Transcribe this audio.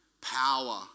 power